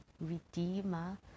Redeemer